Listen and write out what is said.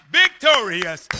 victorious